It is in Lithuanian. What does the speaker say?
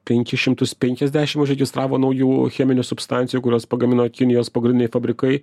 penkis šimtus penkiasdešim užregistravo naujų cheminių substancijų kuriuos pagamino kinijos pagrindiniai fabrikai